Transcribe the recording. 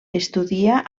estudia